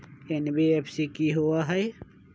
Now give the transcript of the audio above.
NBFC कि होअ हई?